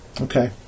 okay